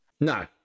No